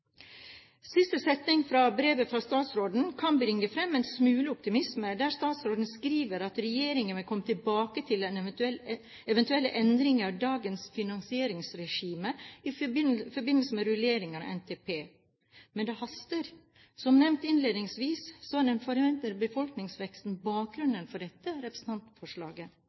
Siste setning i brevet fra statsråden kan bringe fram en smule optimisme. Statsråden skriver: «Regjeringen vil komme tilbake til eventuelle endringer av dagens finansieringsregime i forbindelse med rulleringen av NTP 2014–2023.» Men det haster. Som nevnt innledningsvis er den forventede befolkningsveksten bakgrunnen for dette representantforslaget.